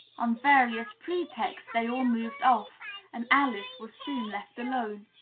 on various pretexts they all moved off and alice was soon left alone.